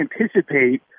anticipate